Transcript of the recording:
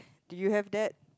do you have that